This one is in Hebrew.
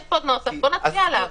מיקי, יש פה נוסח, בואו נצביע עליו.